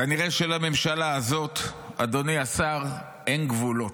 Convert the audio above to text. כנראה, אדוני השר, לממשלה הזאת אין גבולות.